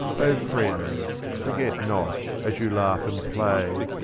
o friends, forget not, as you laugh and play.